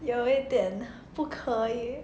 有一点不可以